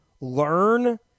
learn